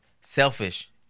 selfish